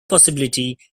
possibility